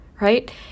right